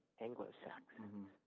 Anglo-Saxons